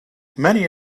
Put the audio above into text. many